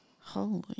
Holy